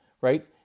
right